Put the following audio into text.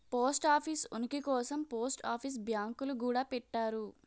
post office ఉనికి కోసం post office బ్యాంకులు గూడా పెట్టారు